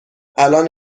الان